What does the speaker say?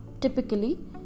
typically